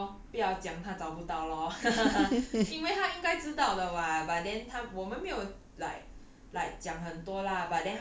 maybe maybe 他 ego lor 讲不要他找不到 lor 因为他应该知道的 [what] but then 他我们没有 like